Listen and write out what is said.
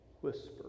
whisper